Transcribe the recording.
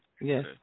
Yes